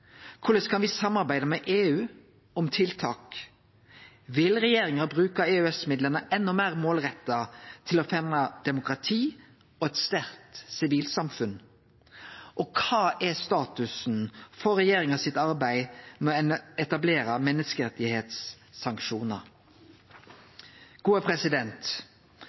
Korleis kan me samarbeide med EU om tiltak? Vil regjeringa bruke EØS-midlane enda meir målretta til å fremje demokrati og eit sterkt sivilsamfunn? Kva er statusen for regjeringa sitt arbeid med å